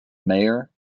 mayor